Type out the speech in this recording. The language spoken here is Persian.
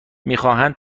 میخواهند